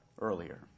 earlier